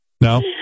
No